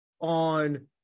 on